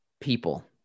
people